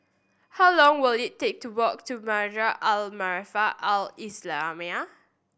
how long will it take to walk to Madrasah Al Maarif Al Islamiah